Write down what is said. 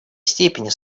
степени